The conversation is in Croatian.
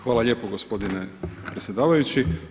Hvala lijepo gospodine predsjedavajući.